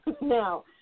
Now